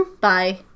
Bye